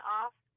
off